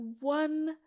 one